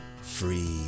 free